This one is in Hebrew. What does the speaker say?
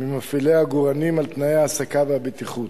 ממפעילי עגורנים על תנאי ההעסקה והבטיחות.